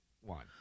one